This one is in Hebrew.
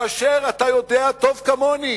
כאשר אתה יודע טוב כמוני